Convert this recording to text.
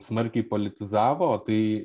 smarkiai politizavo o tai